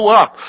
up